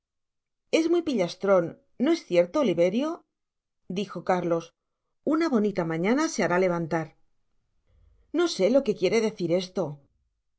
es muy pillastron no es cierto oliverio dijo carlos una bonita mañana se hará levantar no sé lo que quiere decir esto